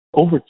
over